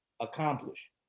accomplish